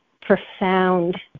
profound